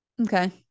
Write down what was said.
Okay